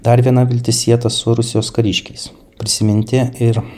dar viena viltis sieta su rusijos kariškiais prisiminti ir